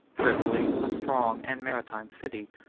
tripoli, a strong and maritime city,